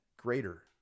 greater